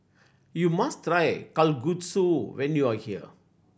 you must try Kalguksu when you are here